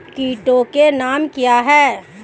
कीटों के नाम क्या हैं?